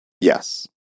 Yes